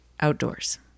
outdoors